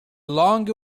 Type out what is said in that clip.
longer